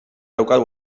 daukat